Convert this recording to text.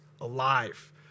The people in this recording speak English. alive